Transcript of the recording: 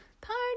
Party